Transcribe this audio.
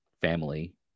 family